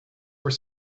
were